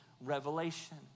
revelation